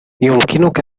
يمكنك